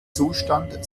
zustand